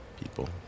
people